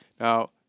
Now